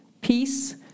peace